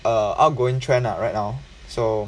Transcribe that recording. uh outgoing trend ah right now so